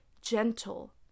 gentle